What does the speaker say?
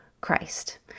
Christ